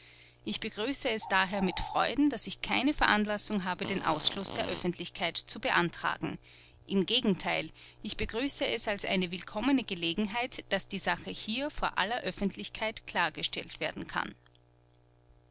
ich begrüße es daher mit freuden daß ich keine veranlassung habe den ausschluß der öffentlichkeit zu beantragen im gegenteil ich begrüße es als eine willkommene gelegenheit daß die sache hier vor aller öffentlichkeit klargestellt werden kann